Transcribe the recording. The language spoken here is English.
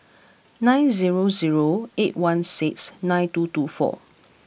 nine zero zero eight one six nine two two four